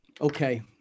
Okay